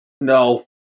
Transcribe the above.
No